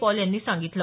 Paul यांनी सांगितलं